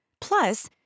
Plus